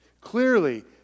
Clearly